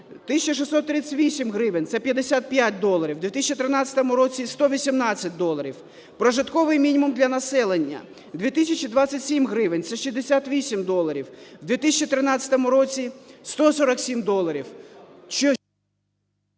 1638 гривень – це 55 доларів, в 2013 році – 118 доларів. Прожитковий мінімум для населення 2 тисячі 27 гривень – це 68 доларів, в 2013 році – 147 доларів.